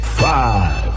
five